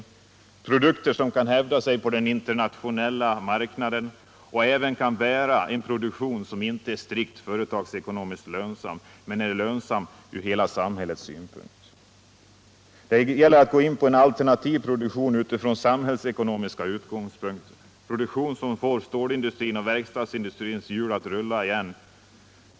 Det krävs produkter som kan hävda sig på den internationella marknaden och även kan bära en produktion som inte är strikt företagsekonomiskt lönsam men är lönsam ur hela samhällets synpunkt. Det gäller att gå in för en alternativ produktion utifrån samhällsekonomiska utgångspunkter, en produktion som får stålindustrins och verk stadsindustrins hjul att rulla igen.